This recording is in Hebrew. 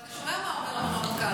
אבל אתה רואה מה אומר לנו הרמטכ"ל.